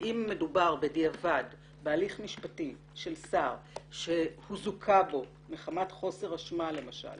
אם מדובר בדיעבד בהליך משפטי של שר שזוכה בו מחמת חוסר אשמה למשל